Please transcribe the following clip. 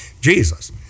Jesus